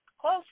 close